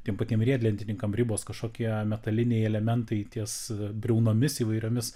tiem patiem riedlentininkam ribos kažkokie metaliniai elementai ties briaunomis įvairiomis